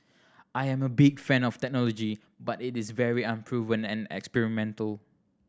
I am a big fan of the technology but it is very unproven and experimental